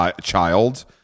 child